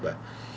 but